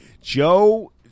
Joe